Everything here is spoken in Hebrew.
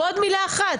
ועוד מילה אחת.